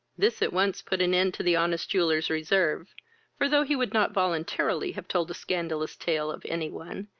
this at once put an end to the honest jeweller's reserve for, though he would not voluntarily have told a scandalous tale of any one,